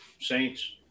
Saints